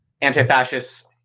anti-fascists